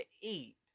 eat